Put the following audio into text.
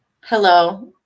Hello